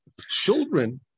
children